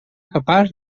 capaç